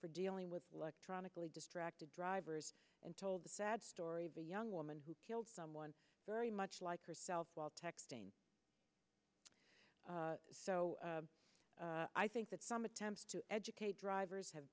for dealing with electronically distracted drivers and told the sad story of a young woman who killed someone very much like herself while texting so i think that some attempts to educate drivers have